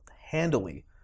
handily